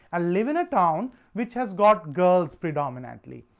ah live in a town which has got girls predominantly,